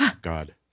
God